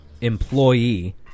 employee